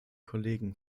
kollegen